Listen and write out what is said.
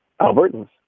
Albertans